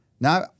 Now